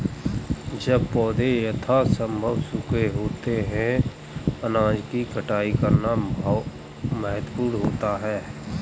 जब पौधे यथासंभव सूखे होते हैं अनाज की कटाई करना महत्वपूर्ण होता है